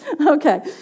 Okay